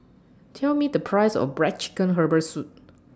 Tell Me The Price of Black Chicken Herbal Soup